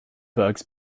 burghs